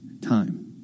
time